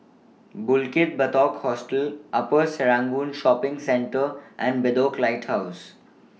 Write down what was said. Bukit Batok Hostel Upper Serangoon Shopping Centre and Bedok Lighthouse